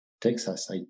Texas